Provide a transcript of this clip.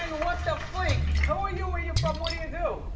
and what the flick. who are you, where you from, what do you do?